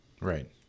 Right